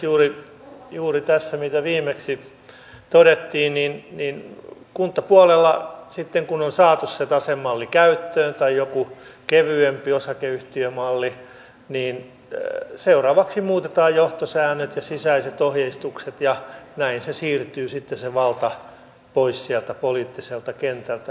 mitä tulee juuri tähän mitä viimeksi todettiin niin kuntapuolella sitten kun on saatu se tasemalli käyttöön tai joku kevyempi osakeyhtiömalli seuraavaksi muutetaan johtosäännöt ja sisäiset ohjeistukset ja näin se valta siirtyy sitten pois sieltä poliittiselta kentältä